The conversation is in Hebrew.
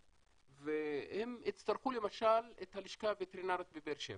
והם הצטרכו את הלשכה הווטרינרית בבאר שבע.